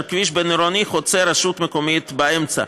כביש בין-עירוני חוצה רשות מקומית באמצע,